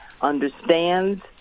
understands